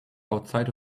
outside